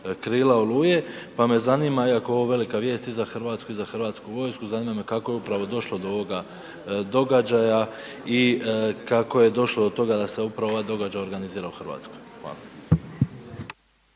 „Krila oluje“, pa me zanima iako je ovo velika vijest i za Hrvatsku i za Hrvatsku vojsku, zanima me kako je upravo došlo do ovoga događaja i kako je došlo do toga da se upravo ovaj događaj organizira u Hrvatskoj. Hvala.